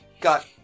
Got